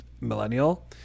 millennial